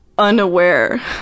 unaware